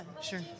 Sure